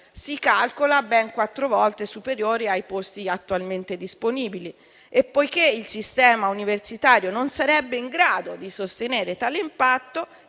si calcola ben quattro volte superiore ai posti attualmente disponibili. Poiché il sistema universitario non sarebbe in grado di sostenere tale impatto